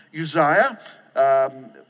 Uzziah